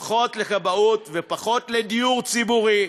ופחות לכבאות ופחות לדיור ציבורי,